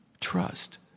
Trust